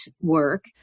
work